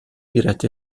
diretti